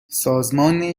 سازمان